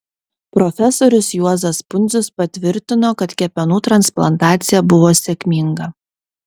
profesorius juozas pundzius patvirtino kad kepenų transplantacija buvo sėkminga